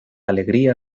alegría